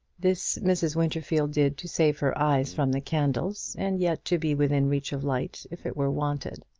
this mrs. winterfield did to save her eyes from the candles, and yet to be within reach of light if it were wanted.